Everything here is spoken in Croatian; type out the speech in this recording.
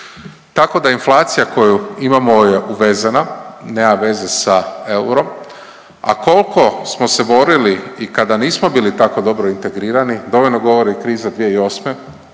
Tako da inflaciju koju imamo je uvezena, nema veze sa eurom, a koliko smo se borili i kada nismo bili tako dobro integrirani dovoljno govori kriza 2008.